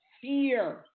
fear